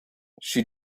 she